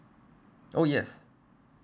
oh yes